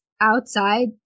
outside